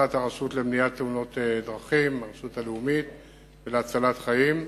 שמבצעת הרשות הלאומית למניעת תאונות דרכים ולהצלת חיים.